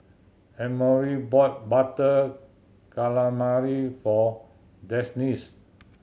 Emory bought Butter Calamari for Denisse